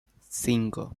cinco